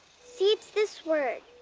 see, it's this word.